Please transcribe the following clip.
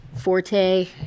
forte